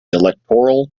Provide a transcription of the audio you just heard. electoral